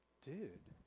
dude,